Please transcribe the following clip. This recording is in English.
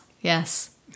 Yes